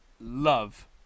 love